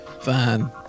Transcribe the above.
Fine